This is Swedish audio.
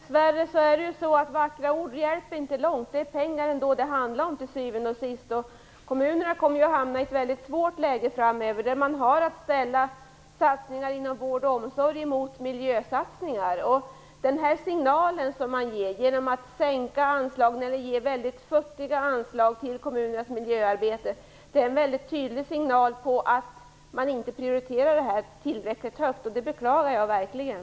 Herr talman! Dess värre hjälper inte vackra ord långt. Till syvende och sist är det pengar det handlar om. Kommunerna kommer att hamna i ett väldigt svårt läge framöver, då man har att ställa satsningar inom vård och omsorg mot miljösatsningar. Genom att sänka anslagen eller ge väldigt futtiga anslag till kommunernas miljöarbete ger man en mycket tydlig signal om att man inte prioriterar det, och det beklagar jag verkligen.